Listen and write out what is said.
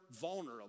vulnerable